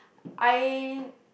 I